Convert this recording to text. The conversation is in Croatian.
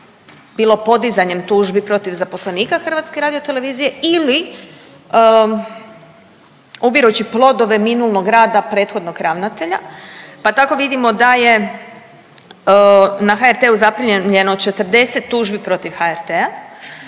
bilo podizanjem tužbi protiv zaposlenika HRT-a ili ubirući plodove minulog rada prethodnog ravnatelja, pa tako vidimo da je na HRT-u zaprimljeno 40 tužbi protiv HRT-a,